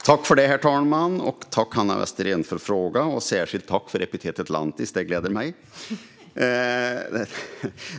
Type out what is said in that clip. Herr talman! Tack, Hanna Westerén, för frågan, och tack särskilt för epitetet "lantis" - det gläder mig!